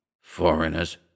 Foreigners